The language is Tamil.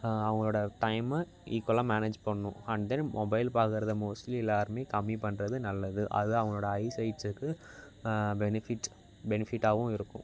அவங்களோட டைமை ஈக்குவலாக மேனேஜ் பண்ணும் அண்ட் தென் மொபைல் பார்க்குறத மோஸ்ட்லி எல்லாேருமே கம்மி பண்ணுறது நல்லது அது அவங்களோட ஐ சைட்ஸ்சுக்கு பெனிஃபிட் பெனிஃபிட்டாகவும் இருக்கும்